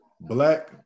black